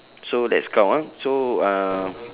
so that's count ah so um